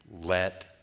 let